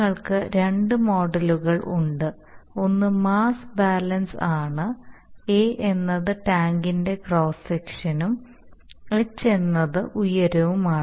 നിങ്ങൾക്ക് രണ്ട് മോഡലുകൾ ഉണ്ട് ഒന്ന് മാസ് ബാലൻസ് ആണ് A എന്നത് ടാങ്കിന്റെ ക്രോസ് സെക്ഷനും H എന്നത് ഉയരവുമാണ്